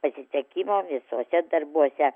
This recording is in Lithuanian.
pasisekimo visuose darbuose